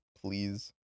please